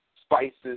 spices